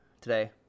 today